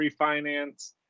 refinance